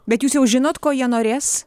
bet jūs jau žinot ko jie norės